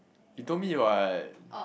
he told me what